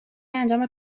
انجام